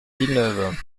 villeneuve